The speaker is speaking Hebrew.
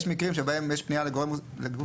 יש מקרים שבהם יש פנייה לגוף תשתית